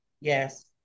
Yes